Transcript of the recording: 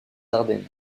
ardennes